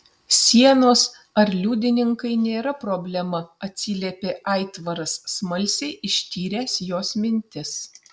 sienos ar liudininkai nėra problema atsiliepė aitvaras smalsiai ištyręs jos mintis